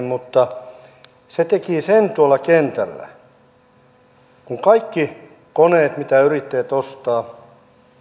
mutta se teki sen tuolla kentällä kun kaikki koneet mitä yrittäjät ostavat